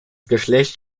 geschlecht